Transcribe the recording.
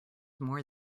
more